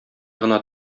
гына